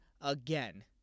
again